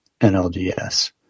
NLDS